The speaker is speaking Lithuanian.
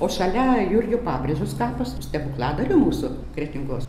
o šalia jurgio pabrėžos kapas stebukladario mūsų kretingos